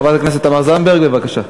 חברת הכנסת זנדברג, בבקשה.